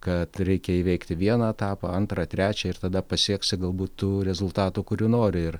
kad reikia įveikti vieną etapą antrą trečią ir tada pasieksi galbūt tų rezultatų kurių nori ir